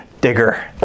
digger